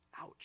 Ouch